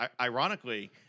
ironically